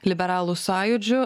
liberalų sąjūdžiu